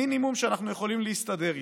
המינימום שאנחנו יכולים להסתדר איתו.